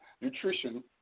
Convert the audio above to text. nutrition